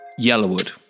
Yellowwood